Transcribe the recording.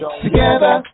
together